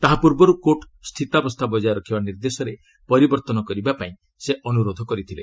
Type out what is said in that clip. ତାହା ପୂର୍ବରୁ କୋର୍ଟ୍ ସ୍ଥିତାବସ୍ଥା ବଜାୟ ରଖିବା ନିର୍ଦ୍ଦେଶରେ ପରିବର୍ତ୍ତନ କରିବା ପାଇଁ ସେ ଅନୁରୋଧ କରିଥିଲେ